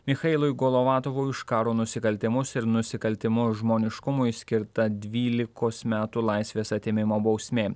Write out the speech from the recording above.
michailui golovatovui už karo nusikaltimus ir nusikaltimus žmoniškumui skirta dvylikos metų laisvės atėmimo bausmė